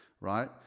right